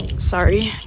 Sorry